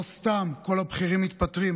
לא סתם כל הבכירים מתפטרים.